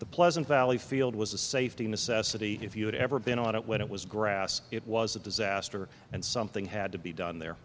the pleasant valley field was a safety necessity if you had ever been on it when it was grass it was a disaster and something had to be done there